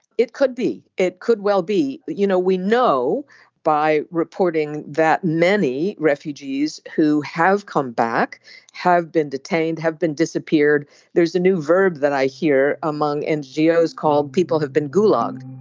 it could be. it could well be you know we know by reporting that many refugees who have come back have been detained have been disappeared there's a new verb that i hear among and ngo ah is called people who've been gulags